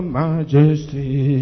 majesty